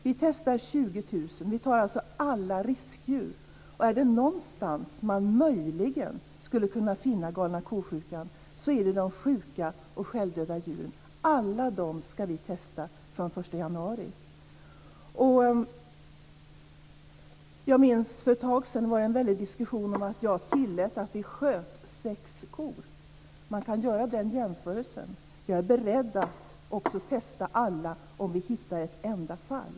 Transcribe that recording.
Vi testar 20 000 kor, vi tar alltså alla riskdjur. Är det någonstans man möjligen skulle kunna finna galna ko-sjukan är det bland de sjuka och självdöda djuren. Alla dem ska vi testa från den 1 Jag minns att det för ett tag sedan var en väldig diskussion om att jag tillät att vi sköt sex kor. Man kan göra den jämförelsen. Jag är beredd att också testa alla om vi hittar ett enda fall.